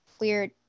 weird